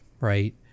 right